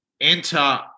enter